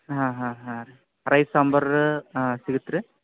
ಹಾಂ ಹಾಂ ಹಾಂ ರೈಸ್ ಸಾಂಬಾರು ಹಾಂ ಸಿಗತ್ತಾ ರೀ